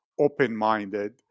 open-minded